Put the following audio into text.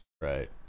right